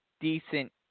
decent